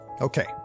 Okay